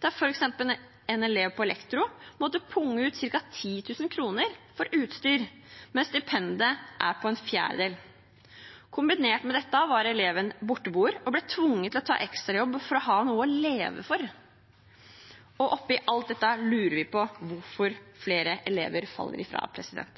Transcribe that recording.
der en elev på elektro måtte punge ut ca. 10 000 kr for utstyr, mens stipendet er på en fjerdedel. Kombinert med dette var eleven borteboer og ble tvunget til å ta ekstrajobb for å ha noe å leve av. Og oppi alt dette lurer vi på hvorfor flere elever faller